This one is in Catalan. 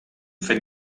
fet